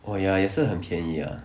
oh ya 也是很便宜 ah